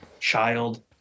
child